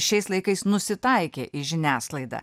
šiais laikais nusitaikė į žiniasklaidą